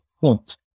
point